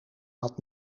had